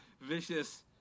Vicious